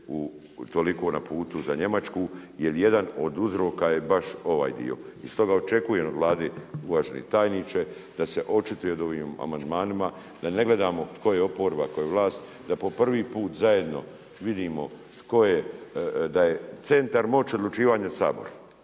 toliko na putu za Njemačku jel jedan od uzroka je baš ovaj dio. I stoga očekujem od Vlade uvaženi tajniče, da se očituje o ovom amandmanima, da ne gledamo tko je oporba, tko je vlast, da po prvi put zajedno vidimo tko je da je centar moći odlučivanja Sabor,